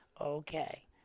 Okay